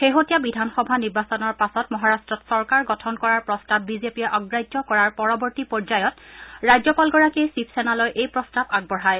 শেহতীয়া বিধানসভা নিৰ্বাচনৰ পাছত মহাৰাষ্টত চৰকাৰ গঠন কৰাৰ প্ৰস্তাৱ বিজেপিয়ে অগ্ৰাহ্য কৰাৰ পৰৱৰ্তী পৰ্যায়ত ৰাজ্যপালগৰাকীয়ে শিৱসেনালৈ এই প্ৰস্তাৱ আগবঢ়ায়